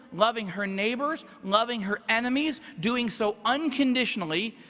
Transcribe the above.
loving her neighbors, loving her enemies, doing so unconditionally,